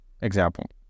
Example